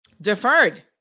deferred